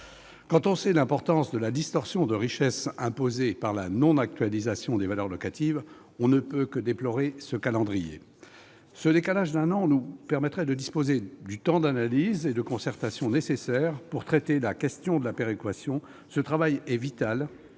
Quand on sait l'importance de la distorsion de richesses imposée par la non-actualisation des valeurs locatives, on ne peut que déplorer ce calendrier. Ce décalage d'un an nous permettrait également de disposer du temps d'analyse et de concertation nécessaire pour traiter la question de la péréquation. Ce travail ne doit